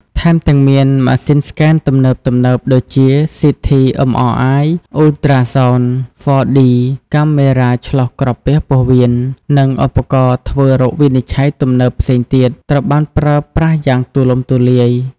ថែមទាំងមាន ម៉ាស៊ីនស្កេនទំនើបៗ ដូចជា CT MRI Ultrasound 4D កាមេរ៉ាឆ្លុះក្រពះពោះវៀន និងឧបករណ៍ធ្វើរោគវិនិច្ឆ័យទំនើបផ្សេងទៀត ត្រូវបានប្រើប្រាស់យ៉ាងទូលំទូលាយ។